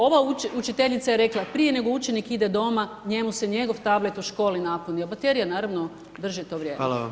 Ova učiteljica je rekla, prije nego učenik ide doma, njemu se njegov tablet u školi napunio, baterija naravno drži to vrijeme.